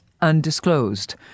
undisclosed